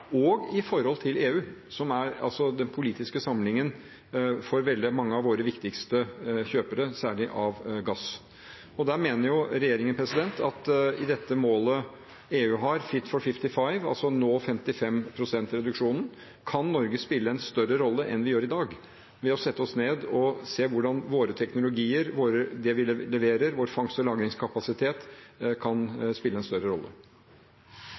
EU, som er den politiske sammenhengen for veldig mange av våre viktigste kjøpere, særlig av gass. Der mener regjeringen at i forbindelse med dette målet EU har, «Fit for 55» – altså å nå 55 pst. reduksjon – kan Norge spille en større rolle enn vi gjør i dag, ved å sette oss ned og se på hvordan våre teknologier, det vi leverer, vår fangst- og lagringskapasitet, kan spille en større rolle.